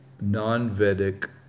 non-Vedic